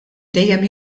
dejjem